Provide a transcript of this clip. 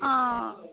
हां